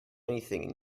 anything